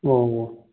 ꯑꯣ